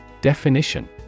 Definition